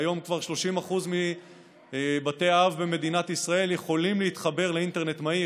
היום כבר 30% מבתי האב במדינת ישראל יכולים להתחבר לאינטרנט מהיר,